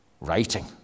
writing